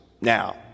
Now